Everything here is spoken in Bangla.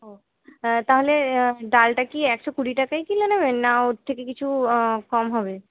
ও তাহলে ডালটা কি একশো কুড়ি টাকাই কিলো নেবেন না ওর থেকে কিছু কম হবে